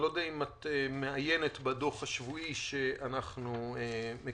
אני לא יודע אם את מעיינת בדוח השבועי שאנחנו מקבלים